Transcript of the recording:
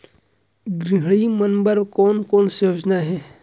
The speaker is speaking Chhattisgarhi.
गृहिणी मन बर कोन कोन से योजना हे?